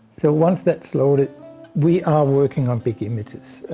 so once that's loaded we are working on big images.